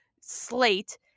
slate